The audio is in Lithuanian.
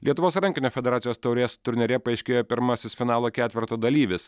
lietuvos rankinio federacijos taurės turnyre paaiškėjo pirmasis finalo ketverto dalyvis